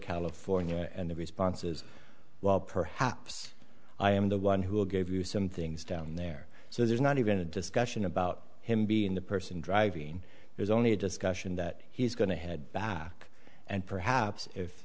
california and the responses well perhaps i am the one who gave you some things down there so there's not even a discussion about him being the person driving there's only discussion that he's going to head back and perhaps if